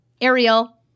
Ariel